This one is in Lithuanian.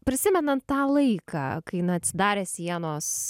prisimenan tą laiką kai na atsidarė sienos